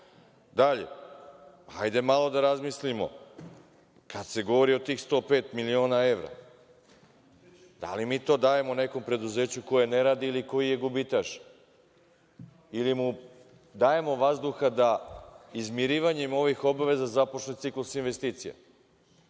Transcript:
ostalo. Dalje, hajde malo da razmislimo. Kad se govori od tih 105 miliona evra, da li mi to dajemo nekom preduzeću koje ne radi ili koji je gubitaš? Ili mu dajemo vazduha da izmirivanjem ovih obaveza započne ciklus investicija?